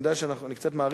אני יודע שאני קצת מאריך,